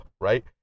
right